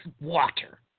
water